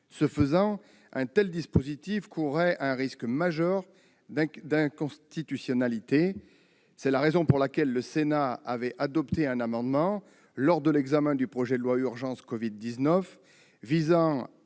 Ce faisant, un tel dispositif présentait un risque majeur d'inconstitutionnalité. C'est la raison pour laquelle le Sénat avait adopté un amendement lors de l'examen du projet de loi portant